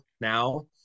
now